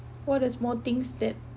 what is more things that